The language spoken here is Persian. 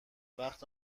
وقت